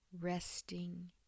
resting